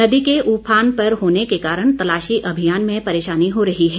नदी के उफान पर होने के कारण तलाशी अभियान में परेशानी हो रही है